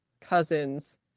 cousins